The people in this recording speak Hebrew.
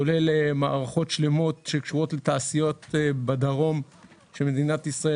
כולל מערכות שלמות שקשורות לתעשיות בדרום שמדינת ישראל